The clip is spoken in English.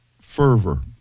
fervor